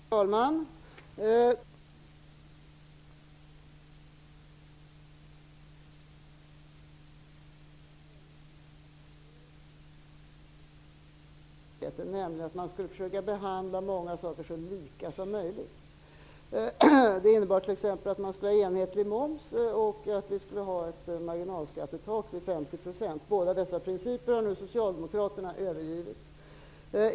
Herr talman! Socialdemokraterna ville att man skulle försöka behandla många saker så likartat som möjligt. Det innebar t.ex. att man skulle ha enhetlig moms och ett marginalskattetak vid 50 %. Båda dessa principer har nu socialdemokraterna övergivit.